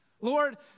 Lord